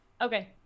Okay